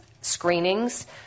screenings